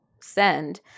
send